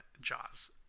Jaws